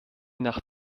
nach